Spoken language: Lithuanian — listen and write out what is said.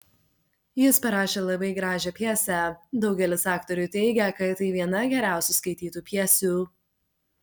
jis parašė labai gražią pjesę daugelis aktorių teigia kad tai viena geriausių skaitytų pjesių